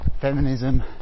feminism